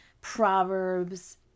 Proverbs